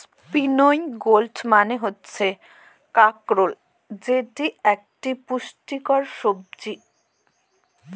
spiny gourd মানে হচ্ছে কাঁকরোল যেটি একটি পুষ্টিকর সবজি